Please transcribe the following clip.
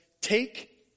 take